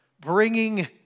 bringing